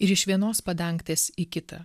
ir iš vienos padangtės į kitą